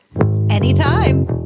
Anytime